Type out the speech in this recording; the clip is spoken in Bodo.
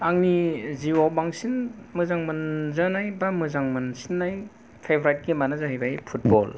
आंनि जिउआव बांसिन मोजां मोनजानाय एबा मोजां मोनसिननाय फेभरित गेम आनो जाहैबाय फुटबल